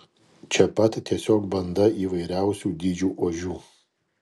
čia pat tiesiog banda įvairiausių dydžių ožių